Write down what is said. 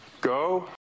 go